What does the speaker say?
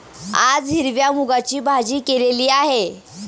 आज हिरव्या मूगाची भाजी केलेली आहे